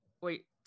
wait